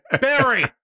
barry